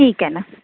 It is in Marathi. ठीक आहे ना